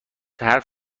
حرف